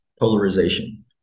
polarization